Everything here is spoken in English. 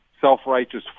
self-righteous